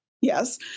Yes